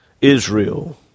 Israel